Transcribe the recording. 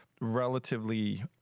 relatively